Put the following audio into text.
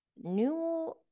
new